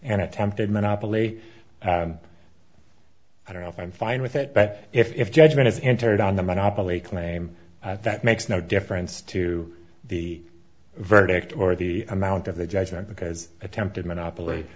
and attempted monopoly i don't know if i'm fine with it but if judgment is entered on the monopoly claim that makes no difference to the verdict or the amount of the judgment because attempted monopoly